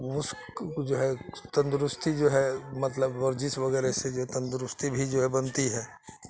اس کو جو ہے تندرستی جو ہے مطلب ورزش وغیرہ سے جو تندرستی بھی جو ہے بنتی ہے